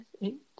eight